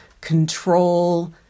control